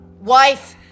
wife